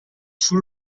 sul